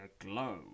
aglow